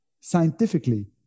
scientifically